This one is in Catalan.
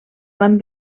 van